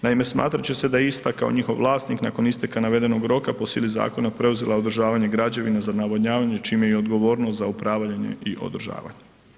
Naime, smatrat će se da je ista kao njihov vlasnik nakon isteka navedenog roka po sili zakona preuzela održavanje građevina za navodnjavanje čime i odgovornost za upravljanje i održavanje.